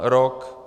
Rok.